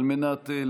על מנת להשיב